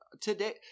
today